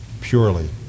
purely